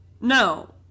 No